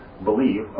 believe